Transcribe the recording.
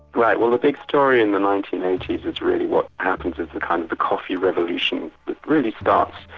right, well the big story in the nineteen eighty s is really what happens as the kind of the coffee revolution that really starts,